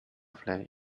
flare